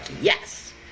yes